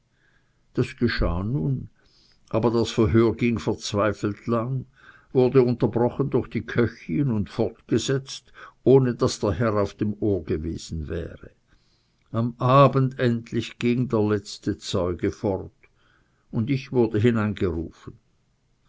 das geschah nun aber das verhör ging verzweifelt lang wurde unterbrochen durch die köchin und fortgesetzt ohne daß der herr auf dem ohr gewesen wäre am abend endlich ging der letzte zeuge fort ich wurde